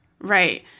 Right